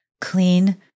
clean